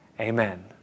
Amen